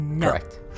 correct